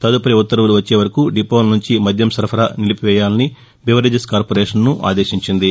తదుపరి ఉత్తర్వులు వచ్చే వరకు డిపోల నుంచి మద్యం సరఫరా నిలిపివేయాలని బెవరేజెస్ కార్పొరేషన్ను ఆదేశించింది